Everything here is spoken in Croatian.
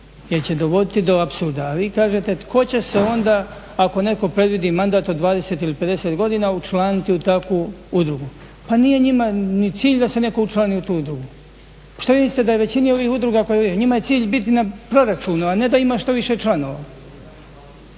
jer će dovoditi do apsurda. A vi kažete tko će se onda ako netko predvidi mandat od 20 ili 50 godina učlaniti u takvu udrugu? Pa nije njima ni cilj da se netko učlani u tu udrugu. Što vi mislite da je većini ovih udruga, njima je cilj biti na proračunu, a ne da ima što više članova.